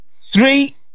Three